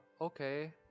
Okay